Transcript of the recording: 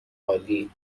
عالی